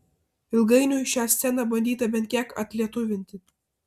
ilgainiui šią sceną bandyta bent kiek atlietuvinti